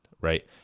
right